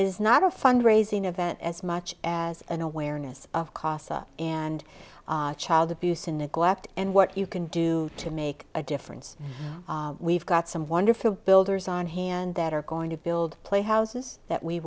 is not a fund raising event as much as an awareness of casa and child abuse and neglect and what you can do to make a difference we've got some wonderful builders on hand that are going to build play houses that we